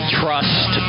trust